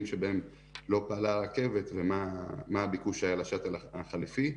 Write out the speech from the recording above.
שבהם לא פעלה הרכבת ומה הביקוש היה לשאטל החליפי.